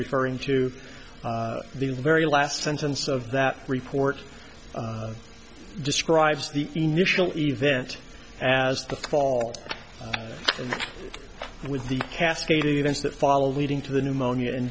referring to the very last sentence of that report describes the initial event as the fall with the cascade of events that followed leading to the pneumonia